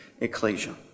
ecclesia